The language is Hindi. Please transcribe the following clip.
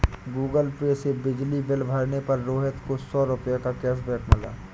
गूगल पे से बिजली बिल भरने पर रोहित को सौ रूपए का कैशबैक मिला